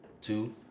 Two